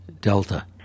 Delta